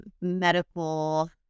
medical